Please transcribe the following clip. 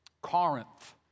Corinth